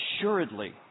Assuredly